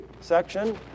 section